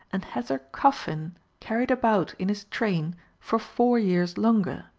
and has her coffin carried about in his train for four years longer,